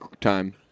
time